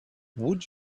would